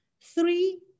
three